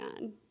on